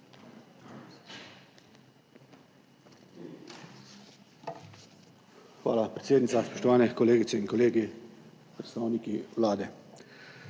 Hvala, predsednica. Spoštovane kolegice in kolegi, predstavniki Vlade!